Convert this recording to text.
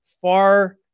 far